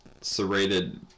serrated